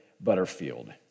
Butterfield